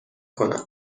کنم